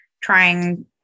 trying